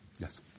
Yes